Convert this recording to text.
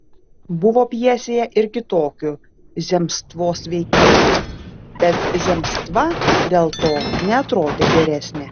buvo pjesėje ir kitokių zemstvos veikėjų bet zemstva dėl to neatrodė geresnė